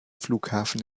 flughafen